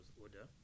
order